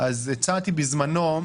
אז הצעתי בזמנו,